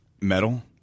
metal